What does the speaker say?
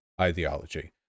ideology